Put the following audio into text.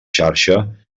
xarxa